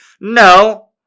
No